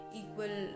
equal